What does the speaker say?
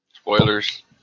Spoilers